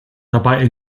dabei